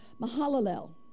Mahalalel